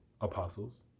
apostles